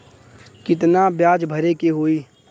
कितना ब्याज भरे के होई?